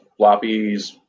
floppies